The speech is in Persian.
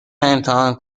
امتحان